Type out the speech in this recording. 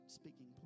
speaking